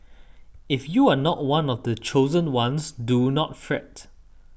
if you are not one of the chosen ones do not fret